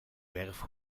werf